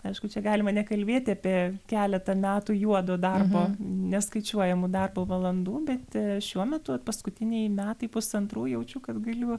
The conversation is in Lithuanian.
aišku čia galima nekalbėti apie keletą metų juodo darbo neskaičiuojamų darbo valandų bet šiuo metu vat paskutiniai metai pusantrų jaučiu kad galiu